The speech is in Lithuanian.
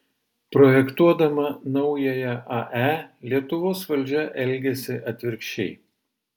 projektuodama naująją ae lietuvos valdžia elgiasi atvirkščiai